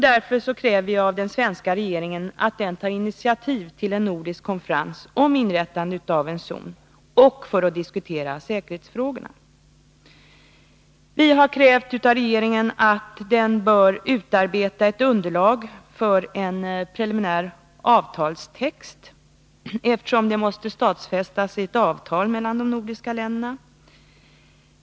Därför bör den svenska regeringen ta initiativ till en nordisk konferens om inrättande av en zon och för en diskussion om säkerhetsfrågorna. Vi har också krävt att regeringen skall utarbeta ett underlag för en preliminär avtalstext, eftersom zonen måste stadfästas i ett avtal mellan de nordiska länderna.